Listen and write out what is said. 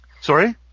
Sorry